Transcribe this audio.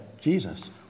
Jesus